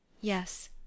Yes